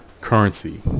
currency